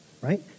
right